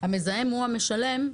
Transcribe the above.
המזהם הוא המשלם,